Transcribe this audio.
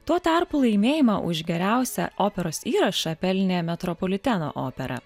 tuo tarpu laimėjimą už geriausią operos įrašą pelnė metropoliteno opera